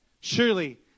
Surely